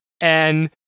And-